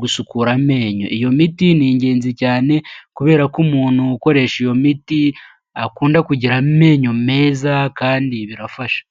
gusukura amenyo, iyo miti n'ingenzi cyane kubera ko umuntu ukoresha iyo miti akunda kugira amenyo meza kandi birafasha.